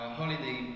holiday